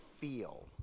feel